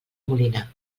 molinar